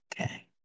Okay